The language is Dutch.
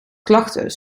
klachten